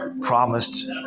promised